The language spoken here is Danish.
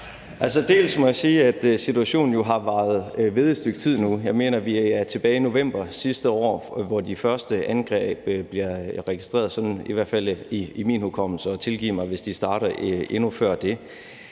Først må jeg sige, at situationen jo har varet ved et stykke tid nu. Jeg mener, vi er tilbage i november sidste år, hvor de første angreb bliver registreret, sådan i hvert fald efter min hukommelse. Og tilgiv mig, hvis de starter endnu før det.